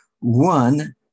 One